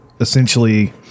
essentially